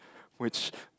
which